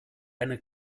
eine